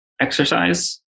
exercise